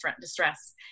distress